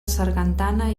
sargantana